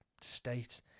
state